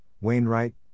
Wainwright